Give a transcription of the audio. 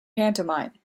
pantomime